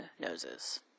noses